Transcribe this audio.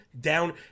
down